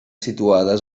situades